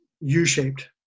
U-shaped